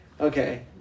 okay